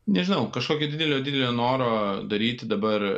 nežinau kažkokio didelio didelio noro daryti dabar